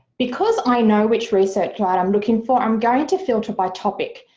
because i know which research guide i'm looking for i'm going to filter by topic,